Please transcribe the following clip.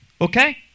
Okay